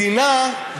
מדינה,